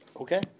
Okay